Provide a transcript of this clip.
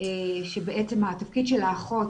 שבעצם התפקיד של האחות